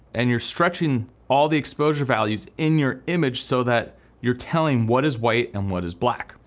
and you're stretching all the exposure values in your image so that you're telling what is white and what is black.